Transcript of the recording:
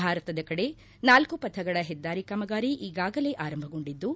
ಭಾರತದ ಕಡೆ ನಾಲ್ನ ಪಥಗಳ ಹೆದ್ದಾರಿ ಕಾಮಗಾರಿ ಈಗಾಗಲೇ ಆರಂಭಗೊಂಡಿದ್ಲು